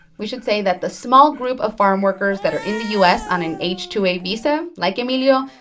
we should say that the small group of farmworkers that are in the u s. on an h two a visa, like emilio,